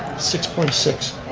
six point six.